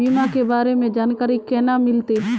बीमा के बारे में जानकारी केना मिलते?